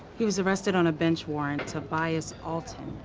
he was arrested on a bench warrant. tobias alton,